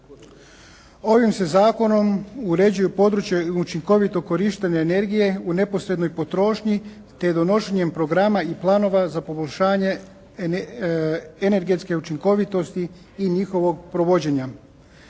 Ovim se zakonom uređuje područje učinkovitog korištenja energije u neposrednoj potrošnji te donošenjem programa i planova za poboljšanje energetske učinkovitosti i njihovog provođenja.